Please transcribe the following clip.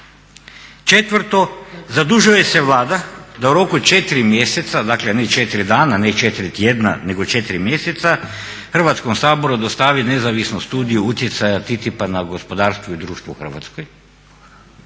Četvrto, zadužuje se Vlada da u roku 4 mjeseca, dakle ne 4 dana, ne 4 tjedna, nego 4 mjeseca Hrvatskom saboru dostavi nezavisnu studiju utjecaja TTIP-a na gospodarstvo i društvo u Hrvatskoj.